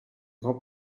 grands